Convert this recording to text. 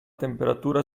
temperatura